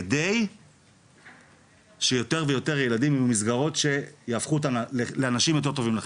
כדי שיותר ויותר ילדים ממסגרות שיהפכו אותם לאנשים יותר טובים לחברה,